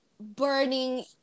Burning